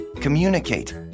Communicate